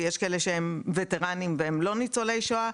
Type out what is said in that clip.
ויש כאלה שהם וטרנים ולא ניצולי שואה,